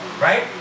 right